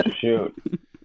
shoot